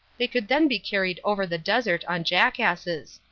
they could then be carried over the desert on jackasses.